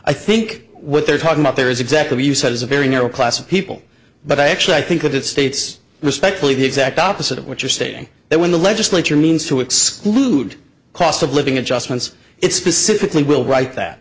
i think what they're talking about there is exactly he says a very narrow class of people but actually i think that states respectfully the exact opposite of what you're saying that when the legislature means to exclude cost of living adjustments it specifically will write that